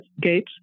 Gates